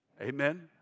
Amen